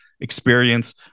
experience